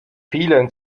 vielen